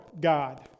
God